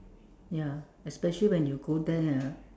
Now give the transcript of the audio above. ya especially when you go there ah